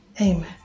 Amen